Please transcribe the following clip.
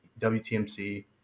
WTMC